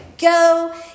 Go